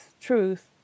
truth